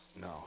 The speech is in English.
No